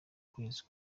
kwezi